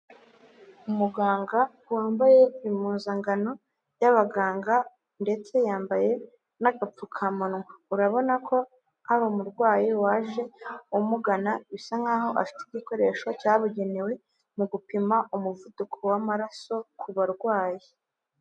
Umuganga wambaye impuzankano y'abaganga ndetse yambaye n'agapfukamunwa, urabona ko hari umurwayi waje umugana bisa nk'aho afite igikoresho cyabugenewe mu gupima umuvuduko w'amaraso kuba barwayi.